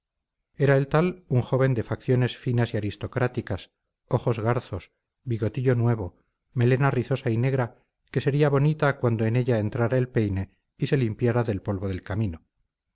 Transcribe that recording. era el tal un joven de facciones finas y aristocráticas ojos garzos bigotillo nuevo melena rizosa y negra que sería bonita cuando en ella entrara el peine y se limpiara del polvo del camino